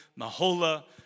Mahola